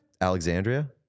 Alexandria